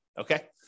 okay